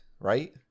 Right